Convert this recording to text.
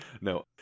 No